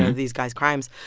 these guys' crimes.